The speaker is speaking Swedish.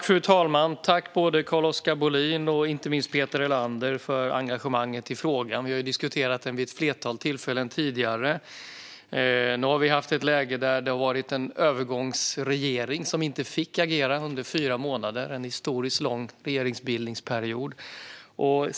Fru talman! Jag tackar både Carl-Oskar Bohlin och Peter Helander för engagemanget i frågan. Vi har ju diskuterarat den vid ett flertal tillfällen tidigare. Nu har vi haft ett läge med en övergångsregering som inte fick agera under fyra månader - en historiskt lång regeringsbildningsperiod.